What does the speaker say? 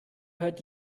hört